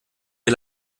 wir